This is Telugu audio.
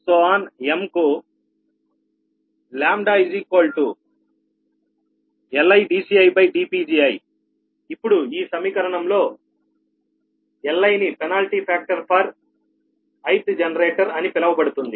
m కు LidCidPgiλ ఇప్పుడు ఈ సమీకరణం లో Li నీ penalty factor for ith generator అని పిలవబడుతుంది